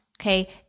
okay